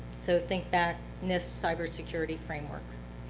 so think back, nist cyber security framework,